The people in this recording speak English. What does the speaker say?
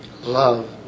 love